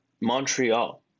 Montreal